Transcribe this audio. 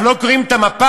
אנחנו לא קוראים את המפה?